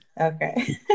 okay